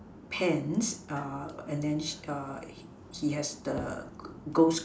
pants and then he has the ghost